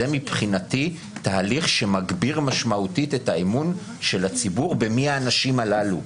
זה מבחינתי תהליך שמגביר משמעותית את האמון של הציבור במי האנשים הללו.